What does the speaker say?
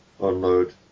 unload